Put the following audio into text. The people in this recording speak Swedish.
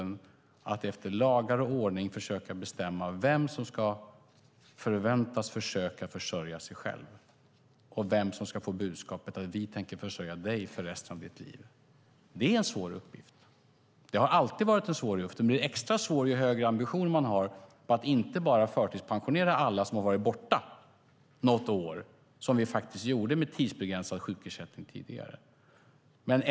De ska efter lag och ordning bestämma vem som kan förväntas försörja sig själv och vem som ska få budskapet att "vi tänker försörja dig för resten av ditt liv". Det är en svår uppgift. Det har alltid varit en svår uppgift - som är extra svår ju högre ambitioner man har - att inte bara förtidspensionera alla som har varit borta något år med tidsbegränsad sjukersättning som vi gjorde tidigare.